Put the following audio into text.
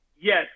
Yes